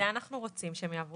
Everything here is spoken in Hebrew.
זה מקל על